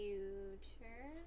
Future